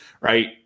right